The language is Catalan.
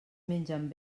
mengen